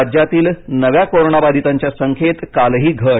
राज्यातील नव्या कोरोनाबाधितांच्या संख्येत कालही घट